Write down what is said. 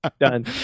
done